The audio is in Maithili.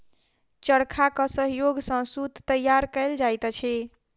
चरखाक सहयोग सॅ सूत तैयार कयल जाइत अछि